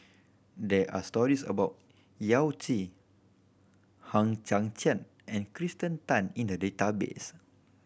there are stories about Yao Zi Hang Chang Chieh and Kirsten Tan in the database